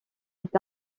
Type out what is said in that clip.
est